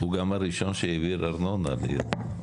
אם יש דיוק באותו נושא, להביא את הדיוק.